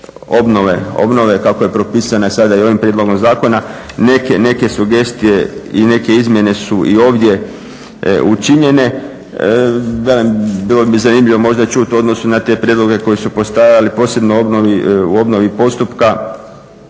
obnove kako je propisana sada i ovim prijedlogom zakona. Neke sugestije i neke izmjene su i ovdje učinjene. Velim bilo bi zanimljivo možda čuti u odnosu na te prijedloge koji su postojali, posebno u obnovi postupka,